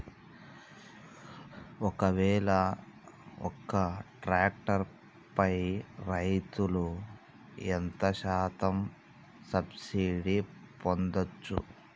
ఒక్కవేల ఒక్క ట్రాక్టర్ పై రైతులు ఎంత శాతం సబ్సిడీ పొందచ్చు?